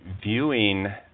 viewing